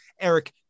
Eric